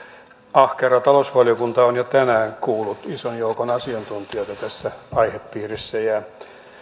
ahkera talousvaliokunta on jo tänään kuullut ison joukon asiantuntijoita tässä aihepiirissä ja